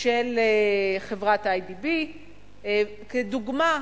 של חברת "איי.די.בי" כדוגמה,